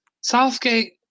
Southgate